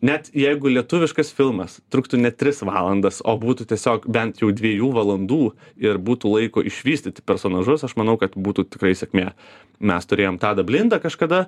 net jeigu lietuviškas filmas truktų net tris valandas o būtų tiesiog bent jau dviejų valandų ir būtų laiko išvystyti personažus aš manau kad būtų tikrai sėkmė mes turėjom tadą blindą kažkada